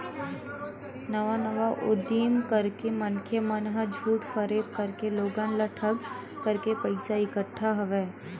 नवा नवा उदीम करके मनखे मन ह झूठ फरेब करके लोगन ल ठंग करके पइसा अइठत हवय